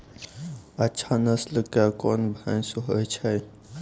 अच्छा नस्ल के कोन भैंस होय छै?